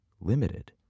limited